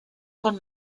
con